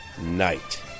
night